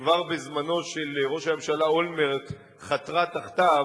שכבר בזמנו של ראש הממשלה אולמרט חתרה תחתיו,